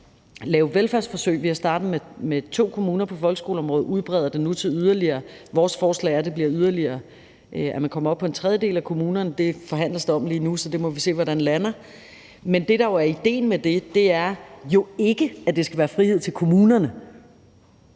lave velfærdsforsøg. Vi er startet med to kommuner på folkeskoleområdet og udbreder det nu yderligere. Vores forslag er, at man kommer op på en tredjedel af kommunerne. Det forhandles der om lige nu, så det må vi se hvordan lander. Men det, der jo er idéen med det, er jo ikke, at det skal være frihed til kommunerne.